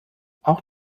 auch